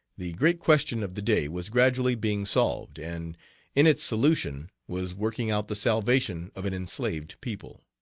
the great question of the day was gradually being solved and in its solution was working out the salvation of an enslaved people.